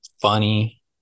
Funny